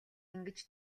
ингэж